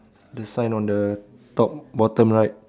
the sign on the top bottom right